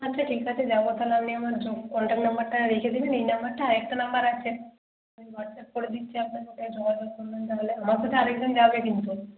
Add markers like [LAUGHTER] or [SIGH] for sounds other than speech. আচ্ছা ঠিক আছে যাব তাহলে আপনি আমার [UNINTELLIGIBLE] কন্টাক্ট নাম্বারটা রেখে দেবেন এই নম্বরটা আর একটা নম্বর আছে আমি হোয়াটসঅ্যাপ করে দিচ্ছি আপনাকে ওটায় যোগাযোগ করবেন তাহলে আমার সাথে আর একজন যাবে কিন্তু